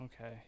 Okay